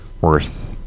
worth